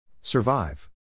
Survive